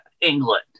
england